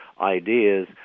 ideas